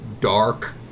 dark